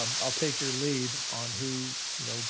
i'll take your lead on who, you know,